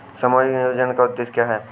सामाजिक नियोजन का उद्देश्य क्या है?